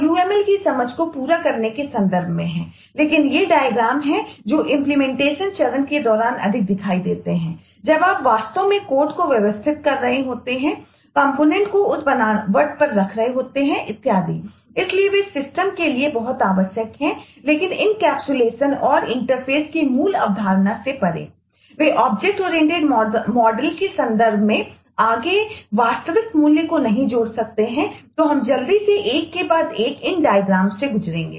ये डायग्राम से गुजरेंगे